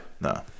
No